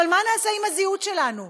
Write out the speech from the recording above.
אבל מה נעשה עם הזהות שלנו?